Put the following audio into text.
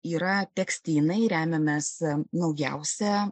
yra tekstynai remiamės naujausia